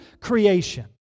creation